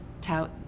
tout